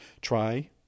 try